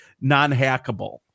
non-hackable